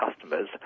customers